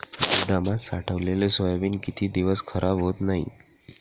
गोदामात साठवलेले सोयाबीन किती दिवस खराब होत नाही?